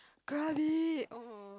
Krabi oh